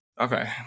Okay